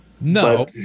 No